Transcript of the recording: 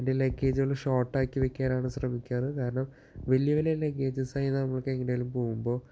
എന്റെ ലഗ്ഗേജുകൾ ഷോര്ട്ടാക്കി വയ്ക്കാനാണ് ശ്രമിക്കാറുള്ളത് കാരണം വലിയ വലിയ ലഗ്ഗേജസ്സ ആയാൽ നമ്മൾക്കിങ്ങനെ എല്ലാാം പോവുമ്പോൾ